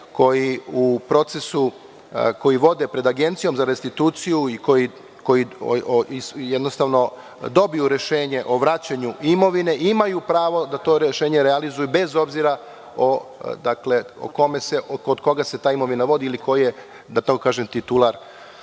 koji u procesu, koji se vodi pred Agencijom za restituciju i koji jednostavno dobiju rešenje o vraćanju imovine imaju pravo da to rešenje realizuju bez obzira kod koga se ta imovina vodi ili ko je titular